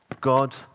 God